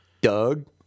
Doug